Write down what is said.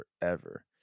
forever